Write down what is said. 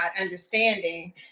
understanding